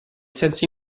senso